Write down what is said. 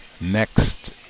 Next